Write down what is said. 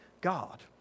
God